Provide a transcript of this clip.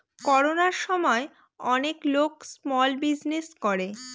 করোনার সময় অনেক লোক স্মল বিজনেস করে